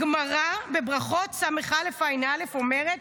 הגמרא, בברכות ס"א ע"א אומרת: